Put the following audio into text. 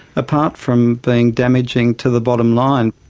apart from being damaging to the bottomline.